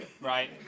right